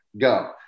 Go